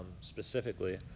specifically